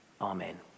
Amen